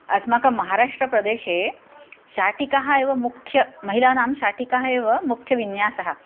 अस्माकं महाराष्ट्रप्रदेशे शाटिकाः एव मुख्य महिलानां शाटिकाः एव मुख्यविन्यासः